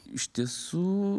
iš tiesų